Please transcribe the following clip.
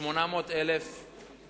ל-800,000 דונם.